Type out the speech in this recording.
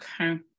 Okay